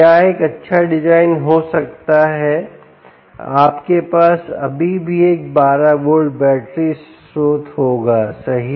क्या एक अच्छा डिजाइन हो सकता है आपके पास अभी भी एक 12 वोल्ट बैटरी स्रोत होगा सही